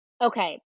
okay